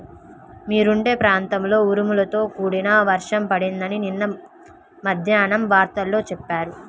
మీరుండే ప్రాంతంలో ఉరుములతో కూడిన వర్షం పడిద్దని నిన్న మద్దేన్నం వార్తల్లో చెప్పారు